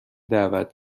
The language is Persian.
دعوت